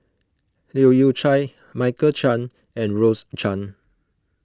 Leu Yew Chye Michael Chiang and Rose Chan